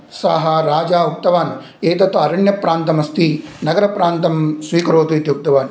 सः राजा उक्तवान् एतत्तु अरण्यप्रान्तमस्ति नगरप्रान्तं स्वीकरोतु इति उक्तवान्